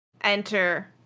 Enter